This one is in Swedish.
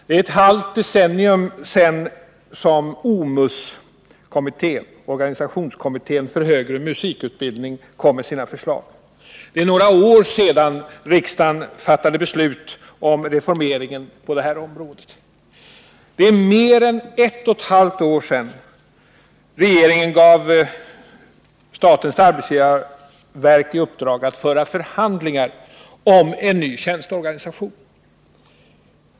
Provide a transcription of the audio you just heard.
Det är ett halvt decennium sedan OMUS-kommittén — organisationskommittén för högre musikutbildning — kom med sina förslag, och det är några år sedan riksdagen fattade beslut om reformeringen på det här området. Det är mer än ett och ett halvt år sedan regeringen gav statens arbetsgivarverk i uppdrag att föra förhandlingar om en ny tjänsteorganisation.